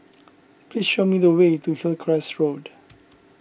please show me the way to Hillcrest Road